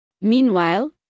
Meanwhile